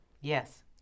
Yes